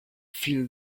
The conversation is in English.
feel